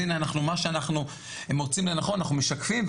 מה שאנחנו מוצאים לנכון, אנחנו משקפים.